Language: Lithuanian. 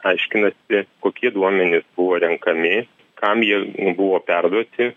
aiškinasi kokie duomenys buvo renkami kam jie buvo perduoti